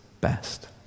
best